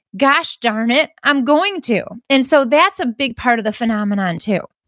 gosh darn it, i'm going to. and so that's a big part of the phenomenon too